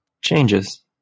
Changes